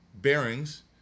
bearings